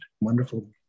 Wonderful